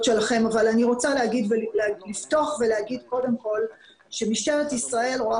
שלכם אבל אני רוצה לפתוח ולהגיד קודם כול שמשטרת ישראל רואה